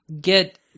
get